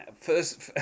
First